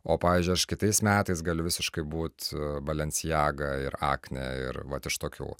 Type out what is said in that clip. o pavyzdžiui aš kitais metais galiu visiškai būt balenciaga ir aknė ir vat iš tokių